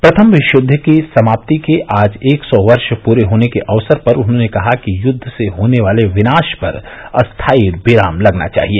प्रथम विश्वय्द्व की समाप्ति के आज एक सौ वर्ष पूरे होने के अवसर पर उन्होंने कहा कि युद्व से होने वाले विनाश पर स्थाई विराम लगना चाहिए